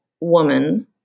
woman